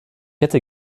hätte